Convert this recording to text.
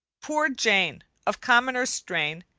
poor jane, of commoner strain,